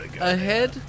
ahead